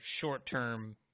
short-term